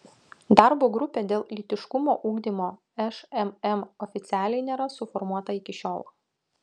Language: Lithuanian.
darbo grupė dėl lytiškumo ugdymo šmm oficialiai nėra suformuota iki šiol